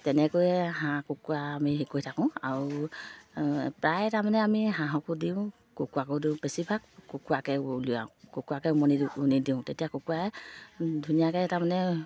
তেনেকৈয়ে হাঁহ কুকুৰা আমি হেৰি কৰি থাকোঁ আৰু প্ৰায় তাৰমানে আমি হাঁহকো দিওঁ কুকুৰাকো দিওঁ বেছিভাগ কুকুৰাকে উলিয়াওঁ কুকুৰাকে মুনি মুনি দিওঁ তেতিয়া কুকুৰাই ধুনীয়াকৈ তাৰমানে